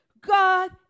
God